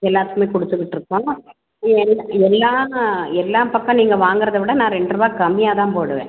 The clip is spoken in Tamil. எல்லாத்துக்குமே கொடுத்துக்கிட்ருக்கோம் இது எல்லா எல்லாம் எல்லா பக்கம் நீங்கள் வாங்குறதை விட நான் ரெண்டுருவா கம்மியாக தான் போடுவேன்